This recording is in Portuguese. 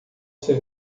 ser